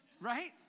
right